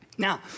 Now